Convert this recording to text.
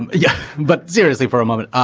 yeah, but zero is they for a moment.